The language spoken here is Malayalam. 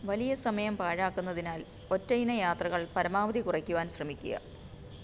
വലിയ സമയം പാഴാക്കുന്നതിനാൽ ഒറ്റ ഇന യാത്രകൾ പരമാവധി കുറയ്ക്കുവാൻ ശ്രമിക്കുക